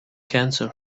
cancer